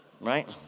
right